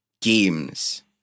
games